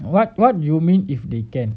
what what do you mean if they can